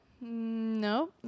No